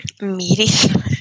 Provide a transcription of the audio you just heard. Meaty